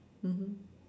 mmhmm